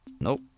Nope